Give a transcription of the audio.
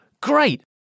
Great